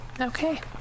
okay